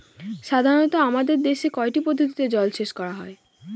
সাধারনত আমাদের দেশে কয়টি পদ্ধতিতে জলসেচ করা হয়?